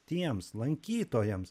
tiems lankytojams